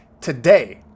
today